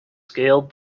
scaled